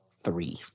three